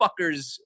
fuckers